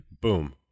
Boom